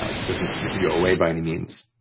ah it doesn't make it go away by any means,